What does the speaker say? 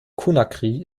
conakry